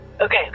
okay